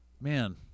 Man